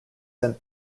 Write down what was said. sent